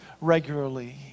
regularly